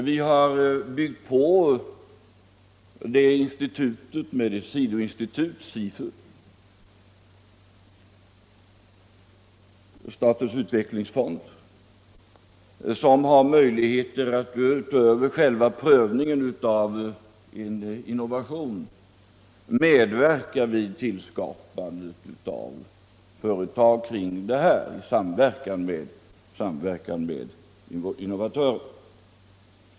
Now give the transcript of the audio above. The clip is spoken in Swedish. Vi har byggt på detta institut med ett sidoinstitut, statens utvecklingsfond, som har möjlighet att utöver själva prövningen av en innovation medverka vid tillskapandet av företag på grundval härav och i samverkan med innovatören.